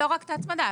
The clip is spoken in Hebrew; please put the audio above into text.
לא רק את ההצמדה,